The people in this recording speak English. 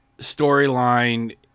storyline